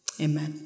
Amen